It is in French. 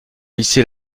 lycée